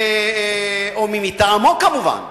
או מי מטעמו כמובן,